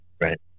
Right